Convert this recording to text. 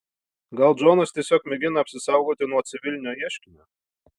gal džonas tiesiog mėgina apsisaugoti nuo civilinio ieškinio